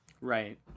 Right